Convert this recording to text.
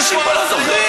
אנשים לא זוכרים.